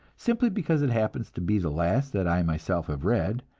simply because it happens to be the last that i myself have read,